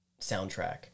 soundtrack